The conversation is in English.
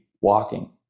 walking